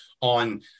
on